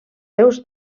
seus